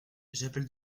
j’appelle